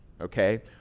okay